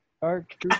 Dark